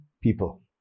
people